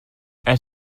elle